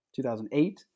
2008